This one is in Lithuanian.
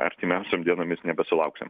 artimiausiom dienomis nebesulauksim